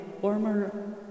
former